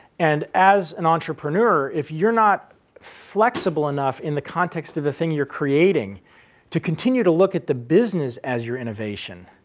and as an entrepreneur, if you're not flexible enough in the context of the thing you're creating to continue to look at the business as your innovation,